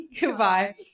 Goodbye